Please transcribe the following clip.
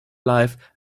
life